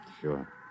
Sure